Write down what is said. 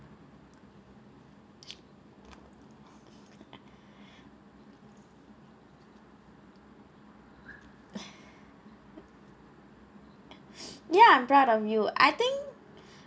true I'm proud of you I think